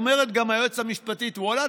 אומרת גם היועצת המשפטית: ואללה,